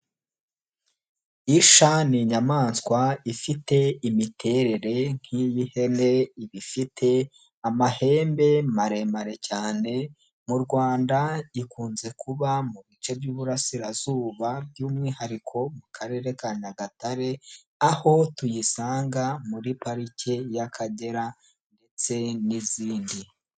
Isha n' inyamaswa ifite imiterere nk'iyihene, ibifite amahembe maremare cyane. Mu Rwanda ikunze kuba mu bice by'Iburarasirazuba by'umwihariko mu karere ka Nyagatare. Aho tuyisanga muri pariki y'Akagera ndetse n'izindi.